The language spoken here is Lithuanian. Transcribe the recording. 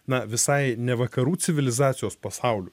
na visai ne vakarų civilizacijos pasauliu